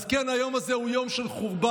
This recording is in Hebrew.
אז כן, היום הזה הוא יום של חורבן,